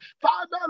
Father